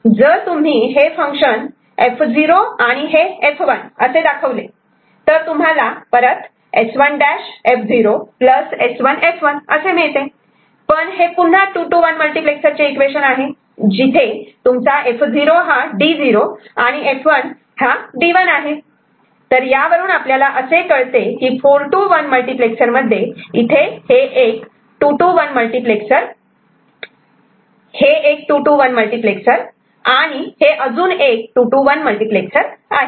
जर तुम्ही हे फंक्शन F0 आणि हे F1 असे दाखवले तर तुम्हाला S1' F0 S1 F1 असे मिळते पण हे पुन्हा 2 to 1 मल्टिप्लेक्सर चे इक्वेशन आहे जिथे तुमचा F0 हा D0 आणि F1 हा D1 आहे तर यावरून आपल्याला असे कळते की 4 to 1 मल्टिप्लेक्सर मध्ये इथे हे एक 2 to 1 मल्टिप्लेक्सर हे एक 2 to 1 मल्टिप्लेक्सर आणि शेवटी हे अजून एक 2 to 1 मल्टिप्लेक्सरआहे